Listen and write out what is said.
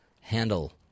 handle